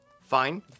Fine